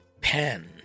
pen